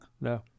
No